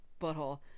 butthole